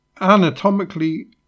anatomically